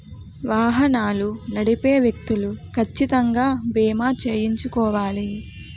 వాహనాలు నడిపే వ్యక్తులు కచ్చితంగా బీమా చేయించుకోవాలి